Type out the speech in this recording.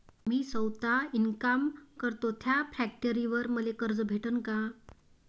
मी सौता इनकाम करतो थ्या फॅक्टरीवर मले कर्ज भेटन का?